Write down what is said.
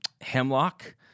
hemlock